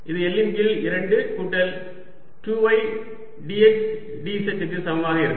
இது L இன் கீழ் 2 கூட்டல் 2 y dx dz க்கு சமமாக இருக்கும்